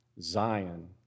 Zion